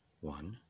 one